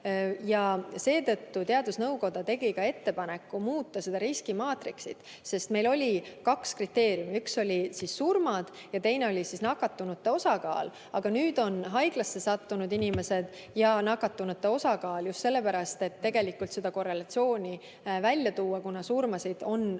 Seetõttu tegi teadusnõukoda ettepaneku muuta riskimaatriksit. Meil oli kaks kriteeriumi, üks oli surmad ja teine oli nakatunute osakaal, aga nüüd on haiglasse sattunud inimesed ja nakatunute osakaal. Just sellepärast, et tegelikult seda korrelatsiooni välja tuua, kuna surmasid on